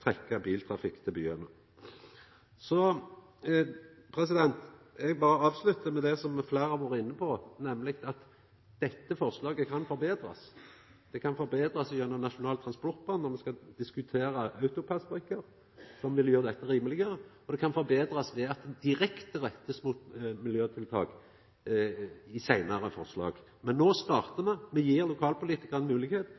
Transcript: biltrafikk til byane. Eg vil berre avslutta med det som fleire har vore inne på, nemleg at dette forslaget kan forbetrast. Det kan forbetrast gjennom Nasjonal transportplan når me skal diskutera AutoPASS-brikker, som vil gjera dette rimelegare, og det kan forbetrast ved at det direkte blir retta mot miljøtiltak i seinare forslag. Men no startar